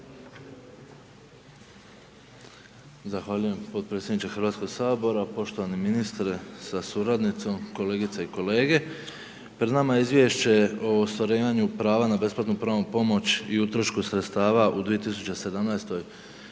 Zahvaljujem potpredsjedniče Hrvatskog sabora, poštovani ministre sa suradnicom, kolegice i kolege, pred nama je Izvješće o ostvarivanju prava na besplatnu pravnu pomoć i utrošku sredstva u 2017. godini,